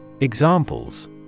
Examples